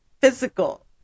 physical